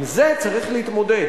עם זה צריך להתמודד.